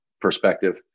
perspective